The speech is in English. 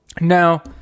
Now